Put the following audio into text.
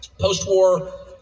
post-war